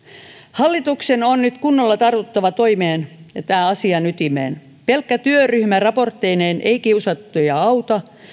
hallituksen on nyt kunnolla tartuttava toimeen ja tämän asian ytimeen pelkkä työryhmä raportteineen ei kiusattuja auta